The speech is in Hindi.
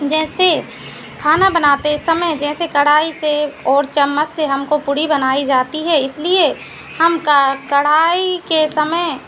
जैसे खाना बनाते समय जैसे कड़ाही से और चम्मच से हमको पूड़ी बनाई जाती है इसलिए हम का कड़ाही के समय